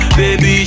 baby